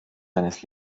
seines